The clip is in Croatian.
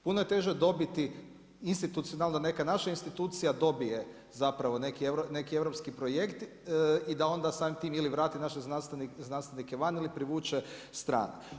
Puno je teže dobiti institucionalna, neka naša institucija dobije zapravo neki europski projekt i da onda samim tim ili vrati naše znanstvenike van ili privuče strane.